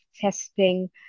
testing